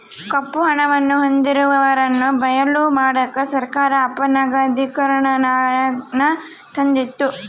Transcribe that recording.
ಕಪ್ಪು ಹಣವನ್ನು ಹೊಂದಿರುವವರನ್ನು ಬಯಲು ಮಾಡಕ ಸರ್ಕಾರ ಅಪನಗದೀಕರಣನಾನ ತಂದಿತು